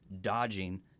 dodging